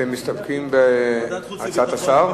אתם מסתפקים בהצעת השר?